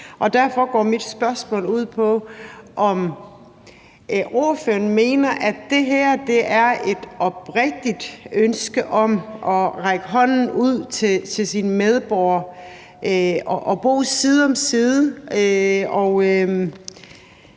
derfor går mit spørgsmål ud på, om ordføreren mener, at det her er et oprigtigt ønske om at række hånden ud til sine medborgere og bo side om side